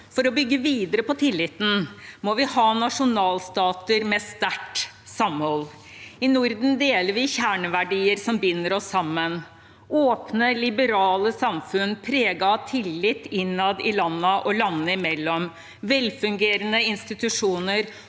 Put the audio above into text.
For å bygge videre på tilliten må vi ha nasjonalstater med sterkt samhold. I Norden deler vi kjerneverdier som binder oss sammen. Åpne, liberale samfunn preget av tillit innad i landene og landene imellom, velfungerende institusjoner